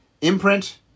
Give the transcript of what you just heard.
Imprint